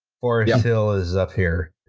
forest hill is up here.